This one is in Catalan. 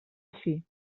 així